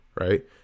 Right